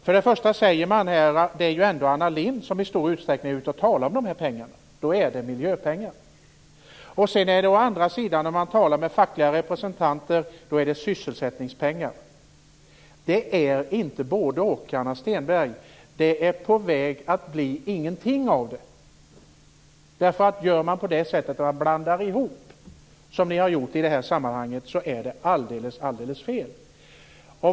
För det första säger man att det ändå är Anna Lindh som i stor utsträckning är ute och talar om de här pengarna. Då är det miljöpengar! För det andra säger fackliga representanter, när man talar med dem, att det är sysselsättningspengar. Det är inte både-och, Åsa Stenberg! Det är på väg att bli ingenting av det. Gör man på det här sättet, och blandar ihop som ni har gjort i det här sammanhanget är det alldeles fel.